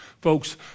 Folks